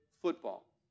football